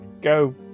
go